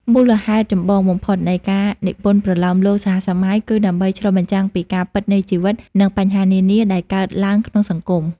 មូលហេតុចម្បងបំផុតនៃការនិពន្ធប្រលោមលោកសហសម័យ គឺដើម្បី ឆ្លុះបញ្ចាំងពីការពិតនៃជីវិត និងបញ្ហានានាដែលកើតឡើងក្នុងសង្គម។